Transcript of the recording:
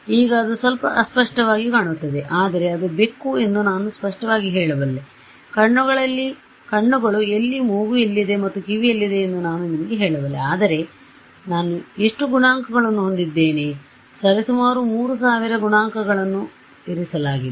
ಈಗ ಅದು ಸ್ವಲ್ಪಅಸ್ಪಷ್ಟವಾಗಿ ಕಾಣುತ್ತದೆ ಆದರೆ ಅದು ಬೆಕ್ಕು ಎಂದು ನಾನು ಸ್ಪಷ್ಟವಾಗಿ ಹೇಳಬಲ್ಲೆ ಕಣ್ಣುಗಳು ಎಲ್ಲಿ ಮೂಗು ಎಲ್ಲಿದೆ ಮತ್ತು ಕಿವಿ ಎಲ್ಲಿದೆ ಎಂದು ನಾನು ನಿಮಗೆ ಹೇಳಬಲ್ಲೆ ಆದರೆ ನಾನು ಎಷ್ಟು ಗುಣಾಂಕಗಳನ್ನು ಹೊಂದಿದ್ದೇನೆ ಸರಿಸುಮಾರು 3000 ಗುಣಾಂಕಗಳನ್ನು ಇರಿಸಲಾಗಿದೆ